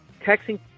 texting